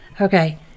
okay